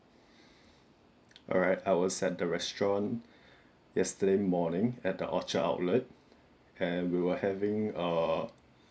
alright I was at the restaurant yesterday morning at the orchard outlet and we were having a